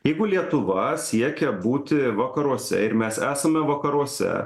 jeigu lietuva siekia būti vakaruose ir mes esame vakaruose